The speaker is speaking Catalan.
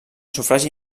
sufragi